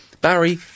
Barry